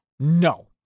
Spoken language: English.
No